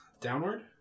downward